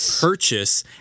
purchase